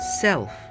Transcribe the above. self